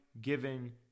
given